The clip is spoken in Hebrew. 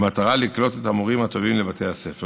במטרה לקלוט את המורים הטובים בבתי הספר.